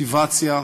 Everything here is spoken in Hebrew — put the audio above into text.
המוטיבציה,